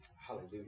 Hallelujah